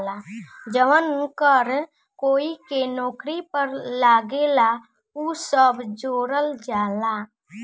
जवन कर कोई के नौकरी पर लागेला उ सब जोड़ल जाला